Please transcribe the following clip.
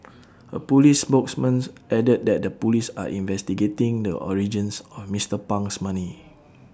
A Police spokesman added that the Police are investigating the origins of Mister Pang's money